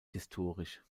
historisch